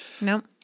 Nope